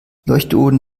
leuchtdioden